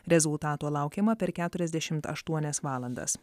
rezultato laukiama per keturiasdešimt aštuonias valandas